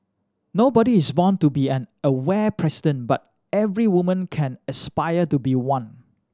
nobody is born to be an Aware president but every woman can aspire to be one